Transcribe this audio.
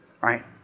right